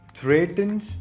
threatens